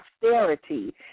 prosperity